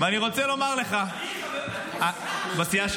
ואני רוצה לומר לך ------ בסיעה שלו,